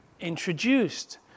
introduced